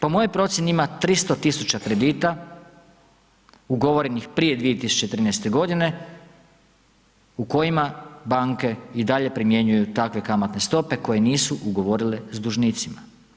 Po mojoj procjeni ima 300.000 kredita ugovorenih prije 2013. godine u kojima banke i dalje primjenjuju takve kamatne stope koje nisu ugovorile s dužnicima.